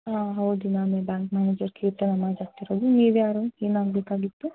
ಹಾಂ ಹೌದು ma'am bank manager Keerthana ಮಾತಾಡ್ತಿರೋದು ನೀವು ಯಾರು ಏನಾಗಬೇಕಾಗಿತ್ತು